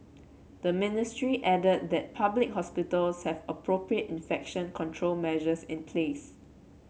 the ministry added that public hospitals have appropriate infection control measures in place